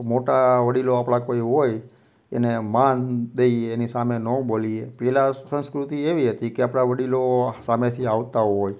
મોટા વડીલો આપણા કોઈ હોય એને માન દઈએ એની સામે ન બોલીએ પહેલાં સંસ્કૃતિ એવી હતી કે આપણા વડીલો સામેથી આવતા હોય